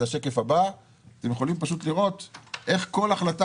אז בשקף הבא אתם יכולים לראות איך כל החלטה